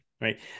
right